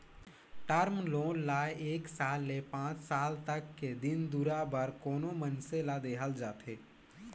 term loan ल एक साल ले पांच साल तक के दिन दुरा बर कोनो मइनसे ल देहल जाथे